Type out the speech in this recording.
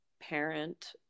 parent